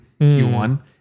Q1